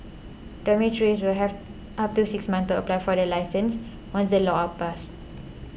dormitories will have up to six months to apply for the licence once the laws are passed